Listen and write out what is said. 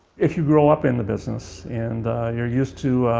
if you grow up in the business, and you're used to